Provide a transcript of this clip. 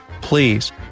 Please